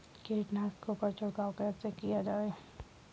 कीटनाशकों पर छिड़काव कैसे किया जाए?